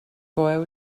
coeu